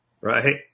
Right